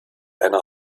eine